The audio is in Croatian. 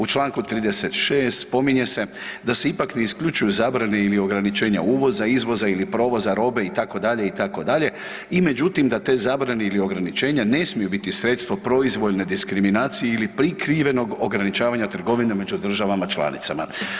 U članku 36. spominje se da se ipak ne isključuju zabrane ili ograničenja uvoza, izvoza ili provoza robe itd., itd. i međutim da te zabrane ili ograničenja ne smiju biti sredstvo proizvoljne diskriminacije ili prikrivenog ograničavanja trgovine među državama članicama.